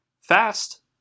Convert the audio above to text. fast